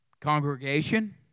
congregation